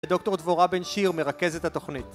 ודוקטור דבורה בן שיר מרכזת התוכנית